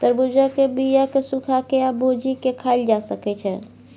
तरबुज्जा के बीया केँ सुखा के आ भुजि केँ खाएल जा सकै छै